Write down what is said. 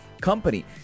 company